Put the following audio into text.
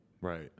Right